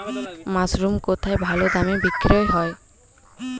Mushroom কেথায় ভালোদামে বিক্রয় হয়?